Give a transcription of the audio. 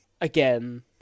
again